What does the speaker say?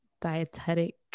dietetic